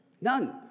none